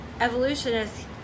evolutionists